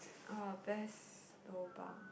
uh best lobang